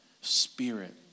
Spirit